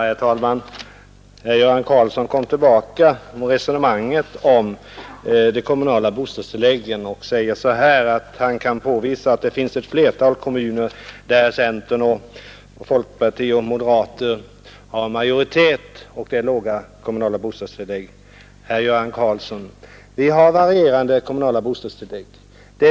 Herr talman! Herr Karlsson i Huskvarna kom tillbaka till resonemanget om de kommunala bostadstilläggen och sade att han kunde påvisa att det finns ett flertal kommuner där centern, folkpartiet och moderaterna har majoritet, och där de kommunala bostadstilläggen är låga. Ja, herr Göran Karlsson, de kommunala bostadstilläggen varierar.